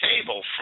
table